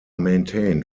maintained